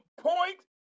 point